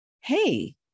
hey